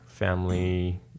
Family